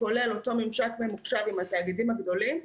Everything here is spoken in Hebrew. כולל אותו ממשק ממוחשב עם התאגידים הגדולים,